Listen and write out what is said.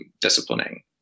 disciplining